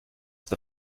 the